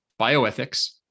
bioethics